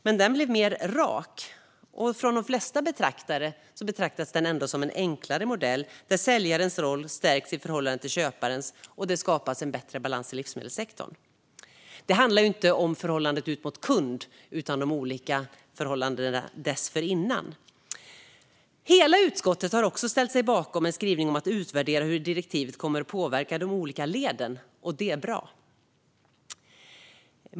Det är en mer rak modell, och de flesta betraktar den ändå som en enklare modell där säljarens roll stärks i förhållande till köparens och det skapas en bättre balans i livsmedelssektorn. Det handlar alltså inte om förhållandet ut mot kunden utan om olika förhållanden dessförinnan. Hela utskottet har också ställt sig bakom en skrivning om att utvärdera hur direktivet kommer att påverka de olika leden, och det är bra.